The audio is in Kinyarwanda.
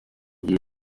gihe